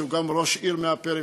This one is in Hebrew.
שגם הוא ראש עיר מהפריפריה,